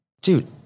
dude